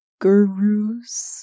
gurus